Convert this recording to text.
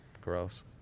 gross